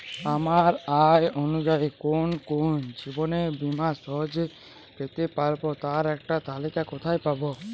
আমার আয় অনুযায়ী কোন কোন জীবন বীমা সহজে পেতে পারব তার একটি তালিকা কোথায় পাবো?